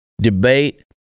debate